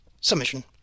Submission